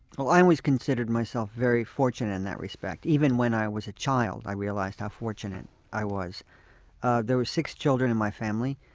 so i always considered myself very fortunate in that respect. even when i was a child, i realized how fortunate i was ah there were six children in my family,